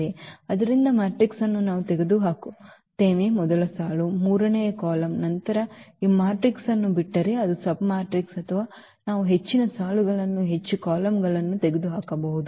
ಆದ್ದರಿಂದ ಮ್ಯಾಟ್ರಿಕ್ಸ್ ಅನ್ನು ನಾವು ತೆಗೆದುಹಾಕುತ್ತೇವೆ ಮೊದಲ ಸಾಲು ಮೂರನೆಯ ಕಾಲಮ್ ನಂತರ ಈ ಮ್ಯಾಟ್ರಿಕ್ಸ್ ಅನ್ನು ಬಿಟ್ಟರೆ ಅದು ಸಬ್ಮ್ಯಾಟ್ರಿಕ್ಸ್ ಅಥವಾ ನಾವು ಹೆಚ್ಚಿನ ಸಾಲುಗಳನ್ನು ಹೆಚ್ಚು ಕಾಲಮ್ಗಳನ್ನು ತೆಗೆದುಹಾಕಬಹುದು